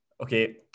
Okay